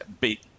beat